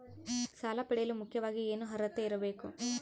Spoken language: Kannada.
ಸಾಲ ಪಡೆಯಲು ಮುಖ್ಯವಾಗಿ ಏನು ಅರ್ಹತೆ ಇರಬೇಕು?